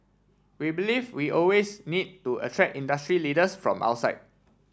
we believe we always need to attract industry leaders from outside